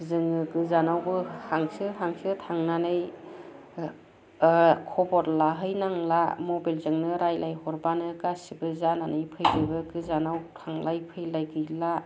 जोङो गोजानावबो हांसो हांसो थांनानै खबर लाहैनांला मबाइल जोंनो रायज्लायहरबानो गासैबो जानानै फैजोबो गोजानाव थांलाय फैलाय गैला